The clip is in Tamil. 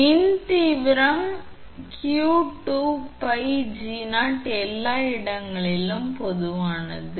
மின் தீவிரம் நீங்கள் எழுதலாம் 𝑞 2𝜋𝗀0 எல்லா இடங்களிலும் பொதுவானது